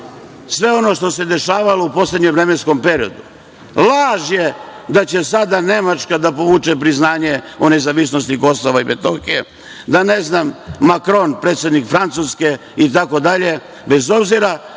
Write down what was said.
sve ono što se dešavalo u poslednjem vremenskom periodu. Laž je da će sada Nemačka da povuče priznanje o nezavisnosti Kosova i Metohije, da će Makron, predsednik Francuske, itd, bez obzira